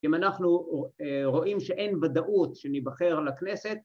‫אם אנחנו רואים שאין ודאות ‫שנבחר לכנסת...